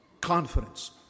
confidence